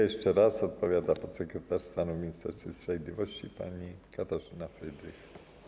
Jeszcze raz odpowiada podsekretarz stanu w Ministerstwie Sprawiedliwości pani Katarzyna Frydrych.